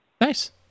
Nice